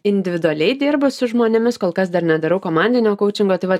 individualiai dirbu su žmonėmis kol kas dar nedarau komandinio kaučingo tai vat